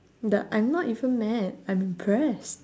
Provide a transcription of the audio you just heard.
the I'm not even mad I'm impress